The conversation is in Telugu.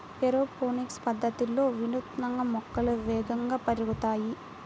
ఏరోపోనిక్స్ పద్ధతిలో వినూత్నంగా మొక్కలు వేగంగా పెరుగుతాయి